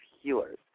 healers